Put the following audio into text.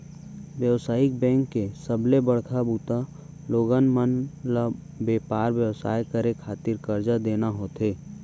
बेवसायिक बेंक के सबले बड़का बूता लोगन मन ल बेपार बेवसाय करे खातिर करजा देना होथे